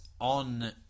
on